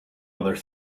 other